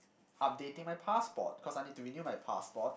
updating my passport cause I need to renew my passport